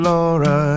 Laura